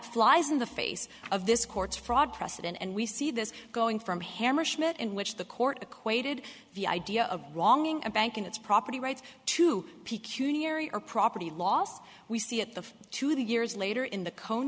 flies in the face of this court's fraud precedent and we see this going from hammerschmidt in which the court equated the idea of wronging a bank and its property rights to p q neary our property last we see it the two the years later in the cone